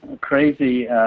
crazy